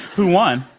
who won?